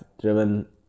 driven